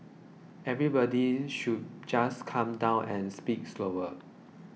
everybody should just calm down and speak slower